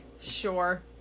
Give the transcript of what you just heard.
sure